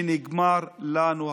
שנגמר לנו החמצן.